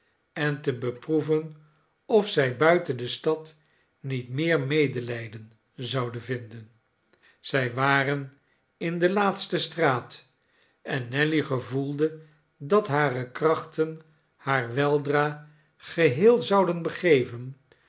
en te beproeven of zij buiten de stad niet meer medelijden zouden vinden zij waren in de laatste straat en nelly gevoelde dat hare krachten haar weldra geheel zouden begeven